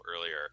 earlier